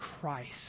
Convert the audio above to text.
Christ